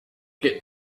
get